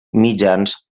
mitjans